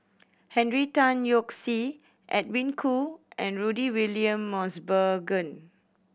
Henry Tan Yoke See Edwin Koo and Rudy William Mosbergen